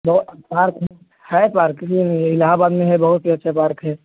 तो पार्क है पार्क इलाहाबाद में है बहुत ही अच्छा पार्क है